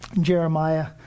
Jeremiah